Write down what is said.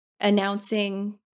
announcing